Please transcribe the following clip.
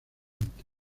antes